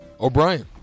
O'Brien